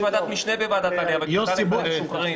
יש ועדת משנה בוועדת העלייה והקליטה לחיילים משוחררים,